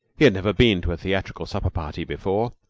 he had never been to a theatrical supper-party before,